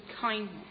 kindness